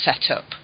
setup